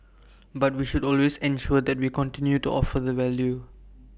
but we should always ensure that we continue to offer the value